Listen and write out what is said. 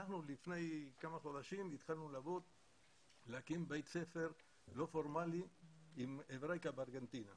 לפני כמה חודשים התחלנו להקים בית ספר לא פורמלי עם אברייקה בארגנטינה,